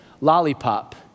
lollipop